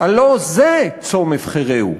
הלוא זה צום אבחרהו,